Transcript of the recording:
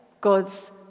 God's